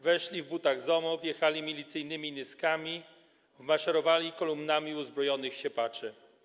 Weszli w butach ZOMO, wjechali milicyjnymi nyskami, wmaszerowali kolumnami uzbrojonych siepaczy.